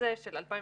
אני מבקש לתקן.